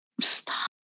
Stop